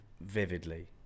vividly